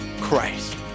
Christ